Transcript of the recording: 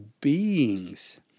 beings